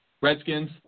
Redskins